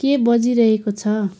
के बजिरहेको छ